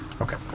Okay